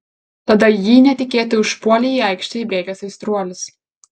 tada jį netikėtai užpuolė į aikštę įbėgęs aistruolis